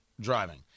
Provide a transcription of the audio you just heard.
driving